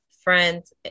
friends